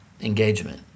engagement